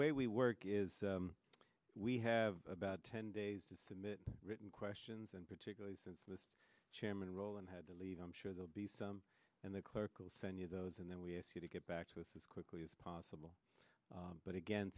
way we work is we have about ten days to submit written questions and particularly since the chairman role and had to leave i'm sure there'll be some in the clerical send you those and then we'll get back to us as quickly as possible but again